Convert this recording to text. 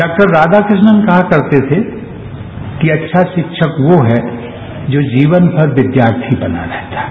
डॉ राधाकृष्णन कहा करते थे कि अच्छा शिक्षक वो है जो जीवनभर विद्यार्थी बना रहता है